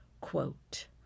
Quote